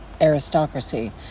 aristocracy